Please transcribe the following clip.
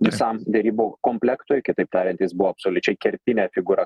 visam derybų komplektui kitaip tariant jis buvo absoliučiai kertinė figūra